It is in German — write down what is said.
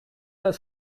das